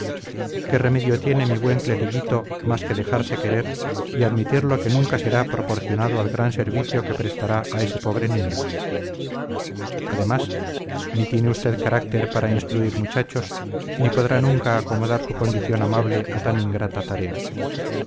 qué remedio tiene mi buen cleriguito más que dejarse querer y admitir lo que nunca será proporcionado al gran servicio que prestará a ese pobre niño además ni tiene usted carácter para instruir muchachos ni podrá nunca acomodar su condición amable a tan ingrata tarea